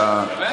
באמת?